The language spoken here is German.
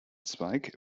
zweig